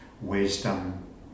wisdom